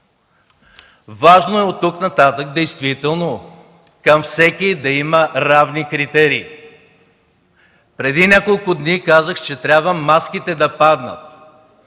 Важно е от тук нататък действително към всеки да има равни критерии. Преди няколко дни казах, че трябва маските да паднат,